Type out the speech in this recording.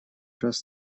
раз